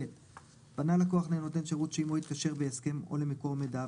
פנה לקוח לנותן שירות שעמו התקשר בהסכם או למקור מידע,